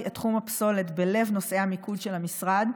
את תחום הפסולת בלב נושאי המיקוד של המשרד.